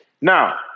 Now